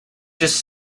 just